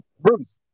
Bruce